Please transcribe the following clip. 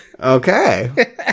Okay